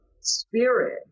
spirit